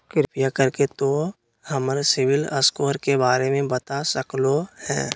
कृपया कर के तों हमर सिबिल स्कोर के बारे में बता सकलो हें?